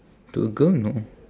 to a girl no